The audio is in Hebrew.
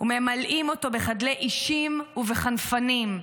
וממלאים אותו בחדלי אישים ובחנפנים.